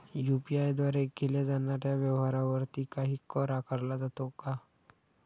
UPI द्वारे केल्या जाणाऱ्या व्यवहारावरती काही कर आकारला जातो का?